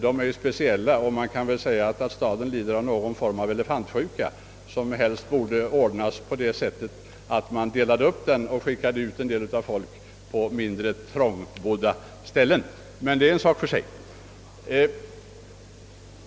De är ju speciella, och man kan säga att staden lider av någon form av elefantsjuka, som helst borde botas på det sättet att man delade upp staden och skickade ut en del av befolkningen till mindre trångbodda ställen, Men det är en sak för sig.